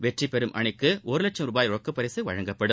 வெற்றிபெறும் அணிக்கு ஒரு லட்சம் ரூபாய் ரொக்கப் பரிசு வழங்கப்படும்